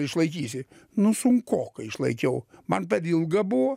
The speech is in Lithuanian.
išlaikysi nu sunkokai išlaikiau man per ilga buvo